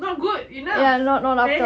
not good enough okay